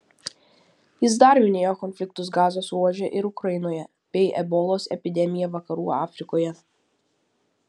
jis dar minėjo konfliktus gazos ruože ir ukrainoje bei ebolos epidemiją vakarų afrikoje